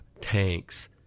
tanks